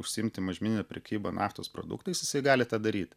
užsiimti mažmenine prekyba naftos produktais jisai gali tą daryt